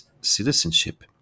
citizenship